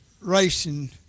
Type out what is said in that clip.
racing